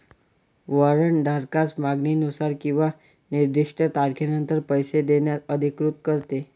warrant धारकास मागणीनुसार किंवा निर्दिष्ट तारखेनंतर पैसे देण्यास अधिकृत करते